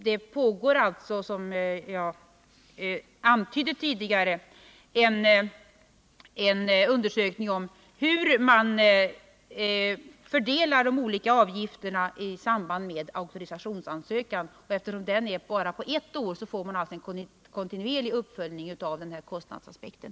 Det pågår alltså, som jag antydde tidigare, en undersökning av hur man fördelar de olika 89 avgifterna i samband med auktorisationsansökan. Eftersom auktorisationen gäller bara ett år får man alltså en kontinuerlig uppföljning av kostnadsaspekten.